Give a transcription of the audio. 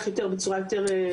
מה קורה עם ענף הסיעוד.